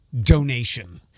donation